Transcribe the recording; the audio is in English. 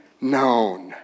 known